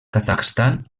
kazakhstan